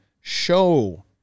show